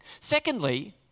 Secondly